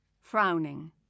frowning